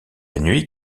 nuit